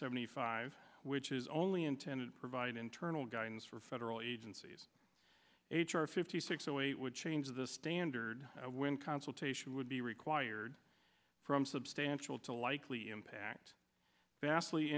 seventy five which is only intended to provide internal guidance for federal agencies h r fifty six zero eight would change of the standard when consultation would be required from substantial to likely impact vastly